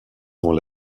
dans